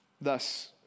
Thus